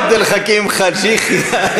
עבד אל חכים חאג' יחיא,